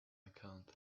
account